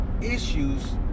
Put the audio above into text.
issues